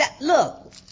look